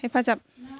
हेफाजाब